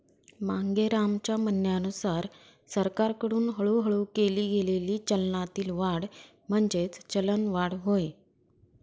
मांगेरामच्या म्हणण्यानुसार सरकारकडून हळूहळू केली गेलेली चलनातील वाढ म्हणजेच चलनवाढ होय